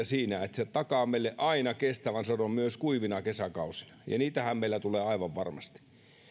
siinä että se takaa meille aina kestävän sadon myös kuivina kesäkausina ja niitähän meillä tulee aivan varmasti